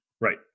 Right